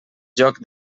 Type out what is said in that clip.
joc